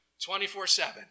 24-7